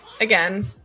again